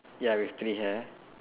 ya with three hair